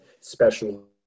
special